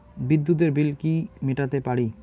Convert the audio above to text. বিদ্যুতের বিল কি মেটাতে পারি?